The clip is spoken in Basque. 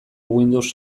windows